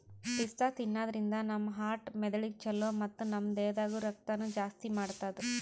ಪಿಸ್ತಾ ತಿನ್ನಾದ್ರಿನ್ದ ನಮ್ ಹಾರ್ಟ್ ಮೆದಳಿಗ್ ಛಲೋ ಮತ್ತ್ ನಮ್ ದೇಹದಾಗ್ ರಕ್ತನೂ ಜಾಸ್ತಿ ಮಾಡ್ತದ್